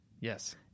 Yes